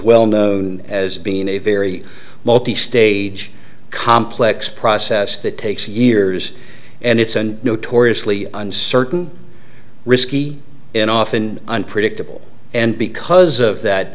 well known as being a very multi stage complex process that takes years and it's a notoriously uncertain risky and often unpredictable and because of that